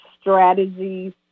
strategies